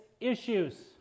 issues